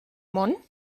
món